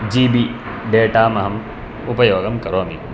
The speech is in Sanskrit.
जी बी डेटाम् अहम् उपयोगं करोमि